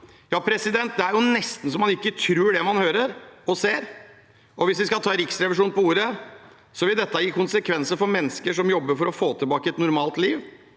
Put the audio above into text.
til kommunene. Det er jo nesten så man ikke tror det man hører og ser. Hvis vi skal ta Riksrevisjonen på ordet, vil dette gi konsekvenser for mennesker som jobber for å få tilbake et normalt liv.